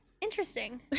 Interesting